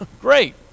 Great